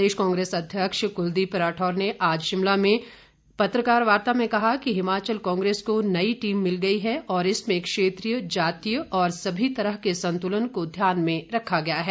प्रदेश कांग्रेस अध्यक्ष कुलदीप राठौर ने आज शिमला में पत्रकार वार्ता में कहा कि हिमाचल कांग्रेस को नई टीम मिल गई है और इसमें क्षेत्रीय जातीय और सभी तरह के संतुलन को ध्यान में रखा गया है